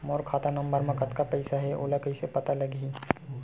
मोर खाता नंबर मा कतका पईसा हे ओला कइसे पता लगी?